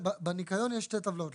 בניקיון יש שתי טבלאות,